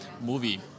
movie